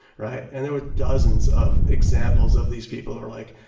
right? and there were dozens of examples of these people who are like,